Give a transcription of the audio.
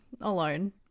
alone